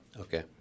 Okay